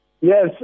Yes